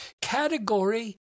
category